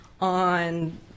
on